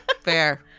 Fair